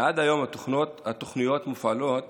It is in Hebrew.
עד היום התוכניות מופעלות